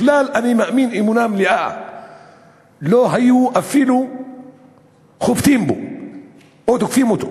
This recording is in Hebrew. אני בכלל מאמין באמונה מלאה שלא היו חובטים בו אפילו או תוקפים אותו.